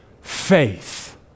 faith